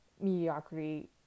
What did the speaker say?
mediocrity